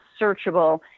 searchable